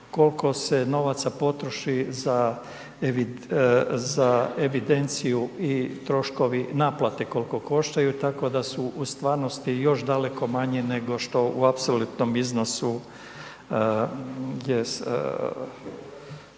kolko se novaca potroši za evidenciju i troškovi naplate koliko koštaju, tako da su u stvarnosti još daleko manje nego što u apsolutnom iznosu je,